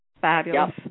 fabulous